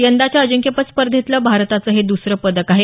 यंदाच्या अजिंक्यपद स्पर्धेतलं भारताचं हे दुसरं पदक आहे